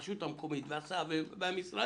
הרשות המקומית והמשרד